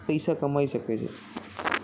પૈસા કમાઈ શકે છે